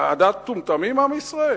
מה, עדת מטומטמים עם ישראל?